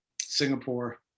Singapore